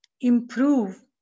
improve